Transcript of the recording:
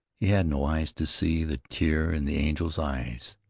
he had no eyes to see the tear in the angel's eyes,